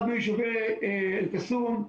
אחד מיישובי אל קסום,